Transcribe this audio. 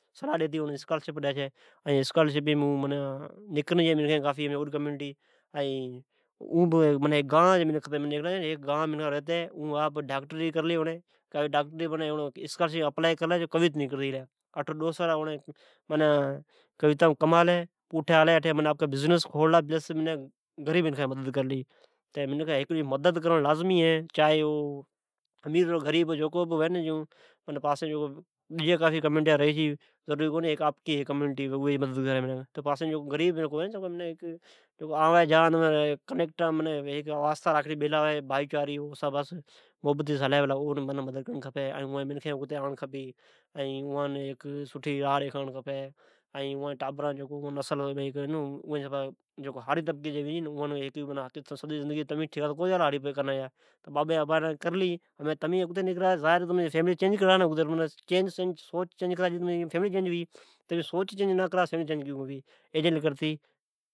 صلا ڈیتی اون بہ اسکالرسپ ڈی چھی ۔ائین اسکالرسپی اون معنی نکرنی جا امچی اعڈ کمیونٹی چھی ۔ اون بھ گان جی منکھین ھتی۔ ائین گان رتی۔ ائین ڈاکٹری کرلی اونڑی ۔ اونڑی اسکالرسپ اپلائی کرلی پچھی کویت نکرتی گلی، اٹھو ڈو سالا کویت ملکا مین کمالی تے پچھے پوٹھی آلی ۔ اٹھی بزنس کھولا ۔ پلس این غریب منکھین جی مدد بی کرلے ۔تہ ھیکی ڈجی جی مدد کرڑ لازمی ھئ۔ چائی اون امیر یا غریب ھو مدد کرتے ری۔ چائی ڈجیا بھی کمیونٹیا رھی چھی ۔ضروری کونی تو آپکی کمیونٹی ھوی۔ سجان جی مدد کری منکھ۔، پاسویم غریب منکھ بیلی ھوی جکو آوی جا واسطا ھوی ۔ اوم کا تو واسطا وڈی چھے اوم بھائیچارا وڈی چھے ، اوس محبتے سئ ھلے ، ایم بھائی چارا ودئ اون معنی مدد کرنڑ کھپی۔ خائین اوان سٹھی راھ ڈکھانڑی کھپی۔ ائین اون جی ٹابراین خاص کرتی ھارئ تبکی جی ہوی ۔ سجی زندگی تمی تو ٹھکا کو اچالا ھاڑیپی کرنی جا آپنڑی ابی ڈاڈی کرلی ھمین تمین آپکی سوچ چئنج کرا تو تمچے فئملے آفی چینج ھتی جئی تمین سوچ نہ چینج کرا تو تمچی فیملی کیون چئیج ھئی۔